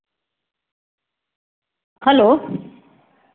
hello